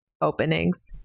openings